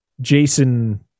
Jason